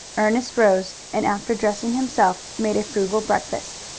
ernest rose, and after dressing himself made a frugal breakfast.